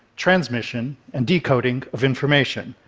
transmission and decoding of information.